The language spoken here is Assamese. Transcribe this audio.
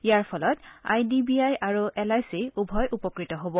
ইয়াৰ ফলত আই ডি বি আই আৰু এল আই চি উভয় উপকৃত হ'ব